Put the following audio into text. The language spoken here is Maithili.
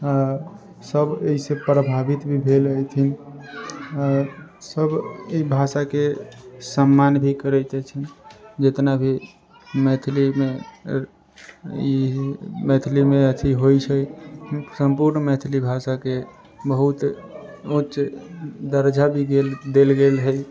आ सभ एहिसँ प्रभावित भी भेल हेथिन आ सभ एहि भाषाके सम्मान भी करैत हेथिन जितना भी मैथिलीमे ई मैथिलीमे अथि होइ छै सम्पूर्ण मैथिली भाषाके बहुत उच्च दर्जा भी देल गेल है